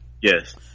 yes